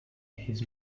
his